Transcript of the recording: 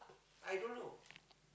i don't know